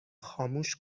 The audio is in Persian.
خاموش